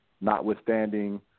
notwithstanding